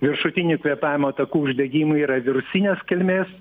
viršutinių kvėpavimo takų uždegimų yra virusinės kilmės